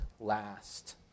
last